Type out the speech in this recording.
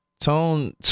tone